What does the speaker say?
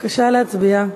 בבקשה להצביע.